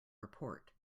report